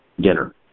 dinner